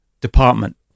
department